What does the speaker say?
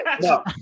No